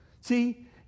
See